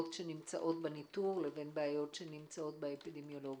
שנמצאות בניטור לכאלה שנמצאות באפידמיולוגיה.